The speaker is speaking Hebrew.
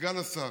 סגן השר: